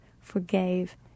forgave